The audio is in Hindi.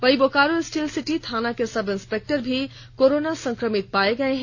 वहीं बोकारो स्टील सिटी थाना के सब इंस्पेक्टर भी कोरोना संक्रमित पाए गए हैं